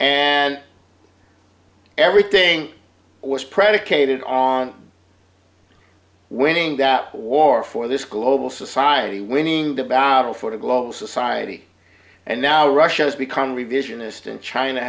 and everything was predicated on winning that war for this global society winning the battle for the global society and now russia has become revisionist and china